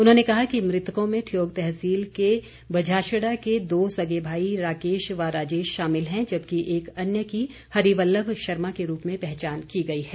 उन्होंने कहा कि मृतकों में ठियोग तहसील के बझाशडा के दो सगे भाई राकेश व राजेश शामिल है जबकि एक अन्य की हरिवल्लभ शर्मा के रूप में पहचान की गई है